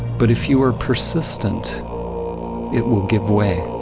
but if you are persistent it will give way.